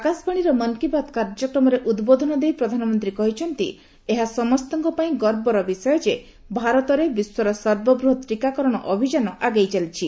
ଆକାଶବାଣୀର ମନ୍ କୀ ବାତ୍ କାର୍ଯ୍ୟକ୍ରମରେ ଉଦ୍ବୋଧନ ଦେଇ ପ୍ରଧାନମନ୍ତ୍ରୀ କହିଛନ୍ତି ଏହା ସମସ୍ତଙ୍କ ପାଇଁ ଗର୍ବର ବିଷୟ ଯେ ଭାରତରେ ବିଶ୍ୱର ସର୍ବବୃହତ୍ ଟିକାକରଣ ଅଭିଯାନ ଆଗେଇ ଚାଲିଛି